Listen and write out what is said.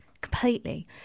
completely